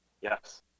Yes